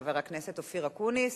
חבר הכנסת אופיר אקוניס